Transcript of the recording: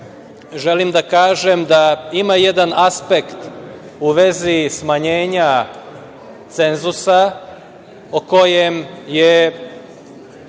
želim da kažem da ima jedan aspekt u vezi smanjenja cenzusa o kojem je